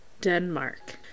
Denmark